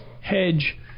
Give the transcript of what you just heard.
hedge